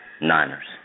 Niners